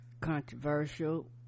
Controversial